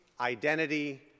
identity